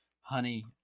honey